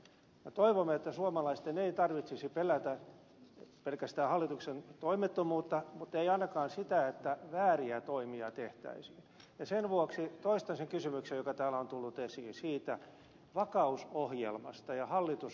minä toivon että suomalaisten ei tarvitsisi pelätä pelkästään hallituksen toimettomuutta eikä ainakaan sitä että vääriä toimia tehtäisiin ja sen vuoksi toistaisin kysymyksen joka täällä on tullut esiin vakausohjelmasta ja hallitusohjelmasta